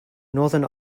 northern